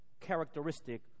characteristic